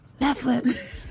Netflix